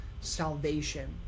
salvation